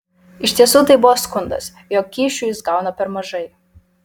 iš tiesų tai buvo skundas jog kyšių jis gauna per mažai